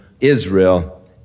Israel